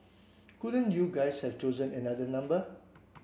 couldn't you guys have chosen another number